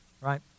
Right